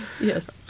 yes